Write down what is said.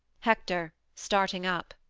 hector starting up.